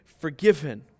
forgiven